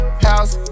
house